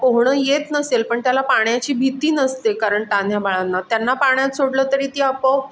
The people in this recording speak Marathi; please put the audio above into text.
पोहणं येत नसेल पण त्याला पाण्याची भीती नसते कारण तान्ह्या बाळांना त्यांना पाण्यात सोडलं तरी ती अपोआप